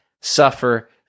suffer